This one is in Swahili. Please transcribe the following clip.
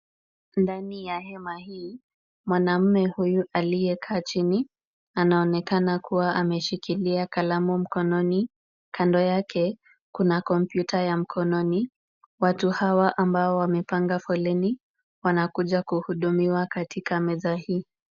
Ndani ya hema hii, mwanaume huyu aliyekaa chini anaonekana kuwa ameshikilia kalamu mkononi. Kando yake kuna kompyuta ya mkononi. Watu hawa ambao wamepanga foleni wanakuja kuhudumiwa katika meza hii.